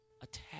attack